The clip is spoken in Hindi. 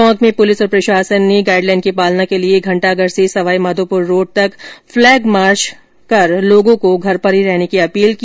टोंक में पुलिस और प्रशासन ने गाइड लाइन की पालना के लिए घंटाघर से सवाई माधोपुर रोड तक फलैग मार्च कर लोगों को घर पर ही रहने की अपील की